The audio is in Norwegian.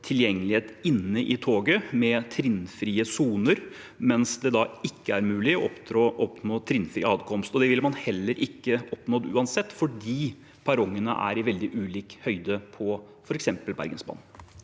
tilgjengelighet inne i toget, med trinnfrie soner, mens det da ikke er mulig å oppnå trinnfri adkomst, og det ville man uansett ikke oppnådd, fordi perrongene er i veldig varierende høyde, f.eks. på Bergensbanen.